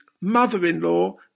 mother-in-law